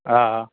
हा हा